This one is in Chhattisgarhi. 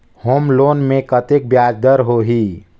होम लोन मे कतेक ब्याज दर होही?